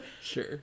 Sure